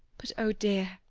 but oh, dear!